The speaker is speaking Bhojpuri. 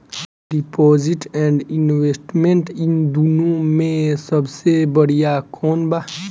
डिपॉजिट एण्ड इन्वेस्टमेंट इन दुनो मे से सबसे बड़िया कौन बा?